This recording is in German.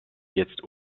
jetzt